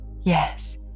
Yes